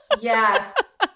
Yes